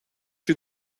you